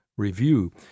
review